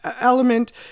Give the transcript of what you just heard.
element